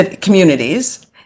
communities